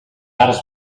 arts